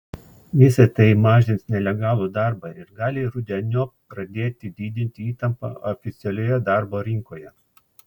visa tai mažins nelegalų darbą ir gali rudeniop pradėti didinti įtampą oficialioje darbo rinkoje